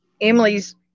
Emily's